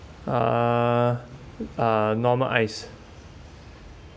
uh uh normal ice